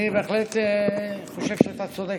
אני בהחלט חושב שאתה צודק,